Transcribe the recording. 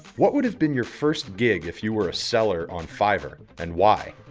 what would have been your first gig if you are a seller on fiverr and why?